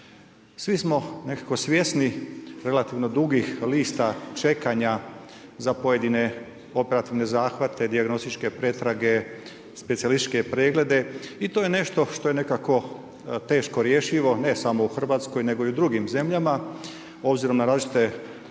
Svi smo nekako svjesni relativno dugih lista čekanja za pojedine operativne zahvate, dijagnostičke pretrage, specijalističke preglede i to je nešto što je nekako teško rješivo ne samo u Hrvatskoj, nego i u drugim zemljama obzirom na različite